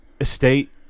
estate